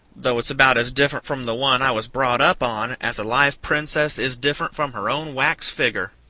though it's about as different from the one i was brought up on as a live princess is different from her own wax figger.